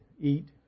eat